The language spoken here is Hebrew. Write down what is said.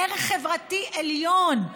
ערך חברתי עליון,